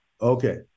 okay